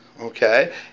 Okay